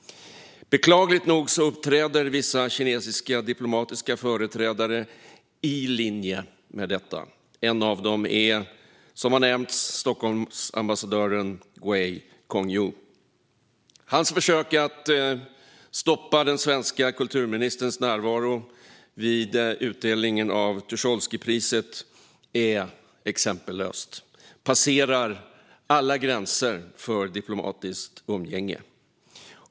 Beklagligt nog uppträder vissa kinesiska diplomatiska företrädare i linje med detta, och en av dem är - som har nämnts - Stockholmsambassadören Gui Congyou. Hans försök att stoppa den svenska kulturministerns närvaro vid utdelningen av Tucholskypriset är exempellöst och passerar alla gränser för diplomatiskt umgänge.